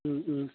ও ও